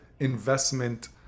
investment